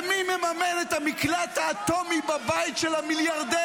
ומי מממן את המקלט האטומי בבית של המיליארדר